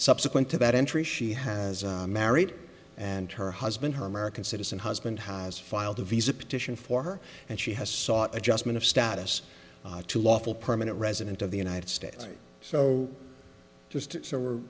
subsequent to that entry she has married and her husband her american citizen husband has filed a visa petition for her and she has sought adjustment of status to lawful permanent resident of the united states so just